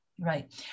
Right